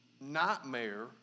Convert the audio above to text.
nightmare